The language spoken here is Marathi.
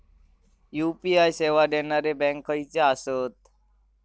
यू.पी.आय सेवा देणारे बँक खयचे आसत?